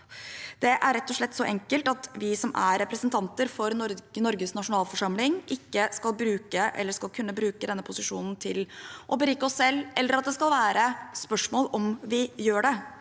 Det er rett og slett så enkelt at vi som er representanter for Norges nasjonalforsamling, ikke skal bruke – eller skal kunne bruke – denne posisjonen til å berike oss selv, eller at det skal være noe spørsmål om vi gjør det.